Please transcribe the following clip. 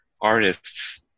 artists